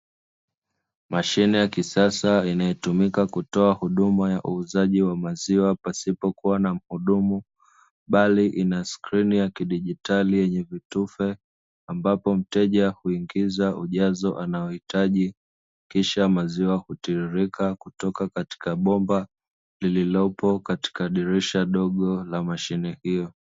Mashine ya kisasa inayotumika kutoa huduma ya uuzaji wa maziwa pasipo kuwa na muhudumu, bali ina skrini ya kidigitali yenye kitufe ambapo mteja huingiza ujazo anayo hitaji, kisha maziwa hutiririka kutoka katika bomba lililopo katika dirisha dogo la mashine hiyo.